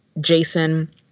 Jason